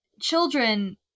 children